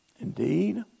Indeed